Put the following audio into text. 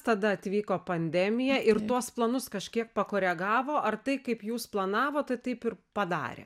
tada atvyko pandemija ir tuos planus kažkiek pakoregavo ar tai kaip jūs planavot tai taip ir padarė